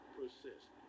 persist